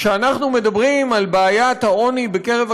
כשאנחנו מדברים על בעיית העוני בקרב הקשישים,